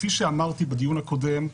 כפי שאמרתי בדיון הקודם,